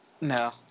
No